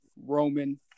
Roman